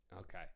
Okay